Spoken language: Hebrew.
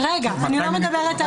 אני מדברת על